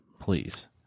Please